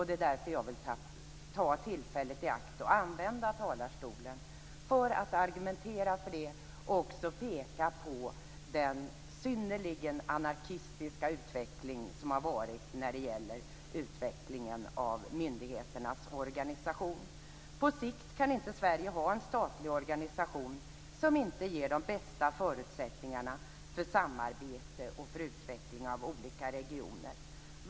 Det är därför jag vill ta tillfället i akt att använda talarstolen för att argumentera för detta och peka på den synnerligen anarkistiska utvecklingen av myndigheternas organisation. På sikt kan Sverige inte ha en statlig organisation som inte ger de bästa förutsättningarna för samarbete och utveckling av olika regioner.